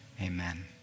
amen